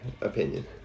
opinion